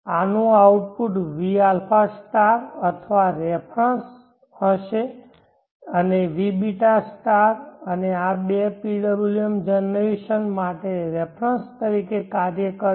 આનું output vα અથવા reference હશે અને vβ અને આ બે PWM જનરેશન માટે રેફરન્સ તરીકે કાર્ય કરશે